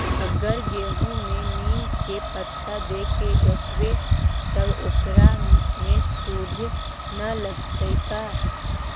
अगर गेहूं में नीम के पता देके यखबै त ओकरा में सुढि न लगतै का?